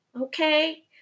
Okay